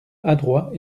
adroit